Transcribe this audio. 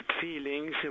feelings